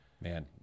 Man